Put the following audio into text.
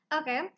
Okay